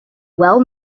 well